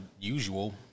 usual